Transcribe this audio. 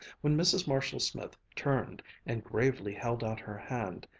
when mrs. marshall-smith turned and gravely held out her hand,